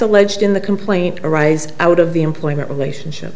alleged in the complaint arise out of the employment relationship